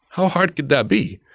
how hard could that be,